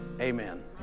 amen